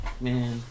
Man